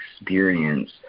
experience